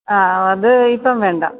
അ അത് ഇപ്പം വേണ്ട